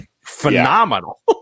phenomenal